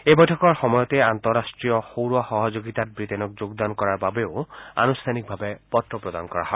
এই বৈঠকৰ সময়তে আন্তঃৰাষ্ট্ৰীয় সৌৰ সহযোগিতাত ৱিটেইনক যোগদান কৰাৰ বাবেও আনুষ্ঠানিক পত্ৰ প্ৰদান কৰা হয়